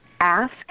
ask